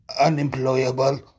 unemployable